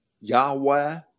Yahweh